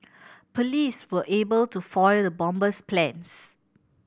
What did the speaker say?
police were able to foil the bomber's plans